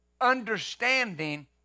understanding